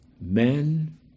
Men